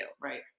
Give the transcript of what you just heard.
Right